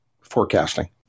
forecasting